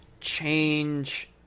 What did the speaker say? change